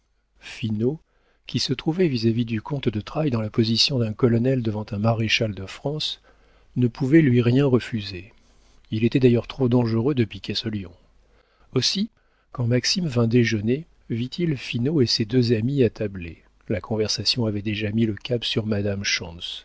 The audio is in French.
finot qui se trouvait vis-à-vis du comte de trailles dans la position d'un colonel devant un maréchal de france ne pouvait lui rien refuser il était d'ailleurs trop dangereux de piquer ce lion aussi quand maxime vint déjeuner vit-il finot et ses deux amis attablés la conversation avait déjà mis le cap sur madame